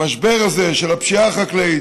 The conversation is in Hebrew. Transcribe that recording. המשבר הזה של הפשיעה החקלאית,